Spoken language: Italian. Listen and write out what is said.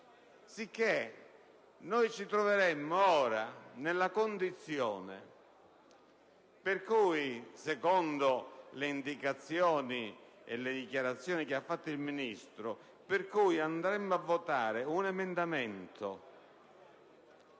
Sicché, ci troveremmo ora nella condizione per cui, secondo le indicazioni e le dichiarazioni del Ministro, andremmo a votare un emendamento